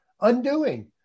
undoing